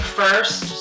first